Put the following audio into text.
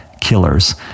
killers